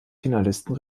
finalisten